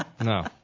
No